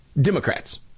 Democrats